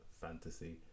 fantasy